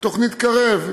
יש תוכנית קרב.